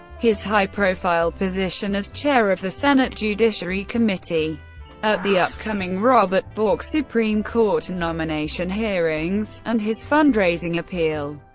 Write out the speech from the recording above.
his high-profile position as chair of the senate judiciary committee at the upcoming robert bork supreme court nomination hearings, and his fundraising appeal.